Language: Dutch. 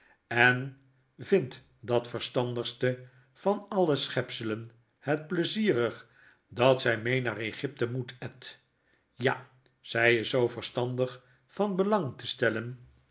en vindt dat verstandigste van alleschepselen het pleizierig dat zy mee naar egypte moet ed ja zy is zoo verstandig van belang te stellen